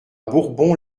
bourbon